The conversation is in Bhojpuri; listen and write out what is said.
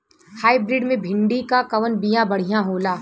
हाइब्रिड मे भिंडी क कवन बिया बढ़ियां होला?